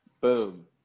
Boom